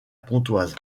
pontoise